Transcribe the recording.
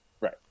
Right